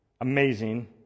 amazing